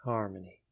Harmony